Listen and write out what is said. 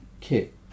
Kit